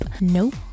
Nope